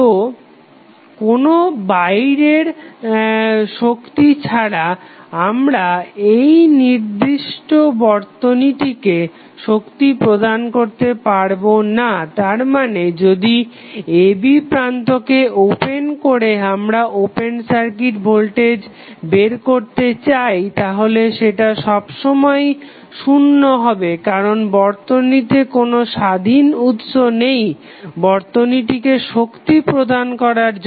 তো কোনো বাইরের শক্তি ছাড়া আমরা এই নির্দিষ্ট বর্তনীটিকে শক্তি প্রদান করতে পারবো না তার মানে যদি a b প্রান্তকে ওপেন করে আমরা ওপেন সার্কিট ভোল্টেজ বের করতে চাই তাহলে সেটা সবসময়েই শুন্য হবে কারণ বর্তনীতে কোনো স্বাধীন উৎস নেই বর্তনীকে শক্তি প্রদান করার জন্য